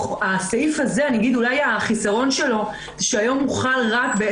החיסרון של הסעיף הזה הוא שהיום הוא חל רק על